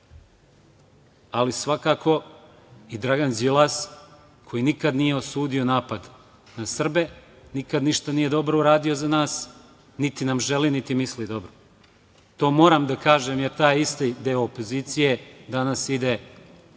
ali svakako i Dragan Đilas koji nikad nije osudio napad na Srbe, nikad nije ništa dobro uradio za nas, niti nam želi, niti misli dobro. To moram da kažem, jer taj isti deo opozicije danas ide u fijaker